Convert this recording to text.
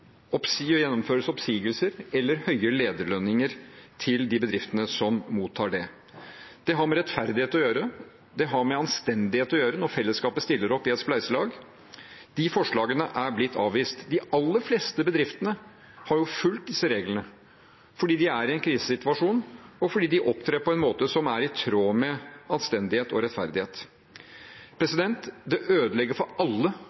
høye lederlønninger i de bedriftene som mottar det. Det har med rettferdighet å gjøre, det har med anstendighet å gjøre når fellesskapet stiller opp i et spleiselag. De forslagene er blitt avvist. De aller fleste bedriftene har fulgt disse reglene, fordi de er i en krisesituasjon, og fordi de opptrer på en måte som er i tråd med anstendighet og rettferdighet. Det ødelegger for alle